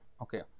okay